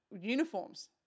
uniforms